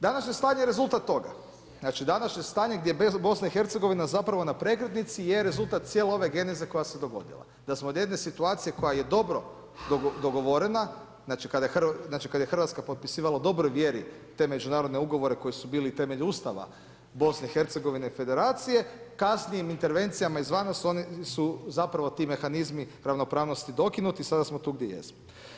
Današnje stanje je rezultat toga, znači današnje stanje gdje BiH zapravo na prekretnici je rezultat cijele ove geneze koja se dogodila, da se od jedne situacije koja je dobro dogovorena, znači kad je Hrvatska potpisivala u dobroj mjeri te međunarodne ugovore koji su bili temeljem Ustava BiH i Federacije, kasnijim intervencijama izvana su oni, zapravo ti mehanizmi ravnopravnosti dokinuti, sada smo tu gdje jesmo.